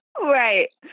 Right